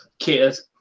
Kids